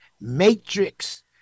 matrix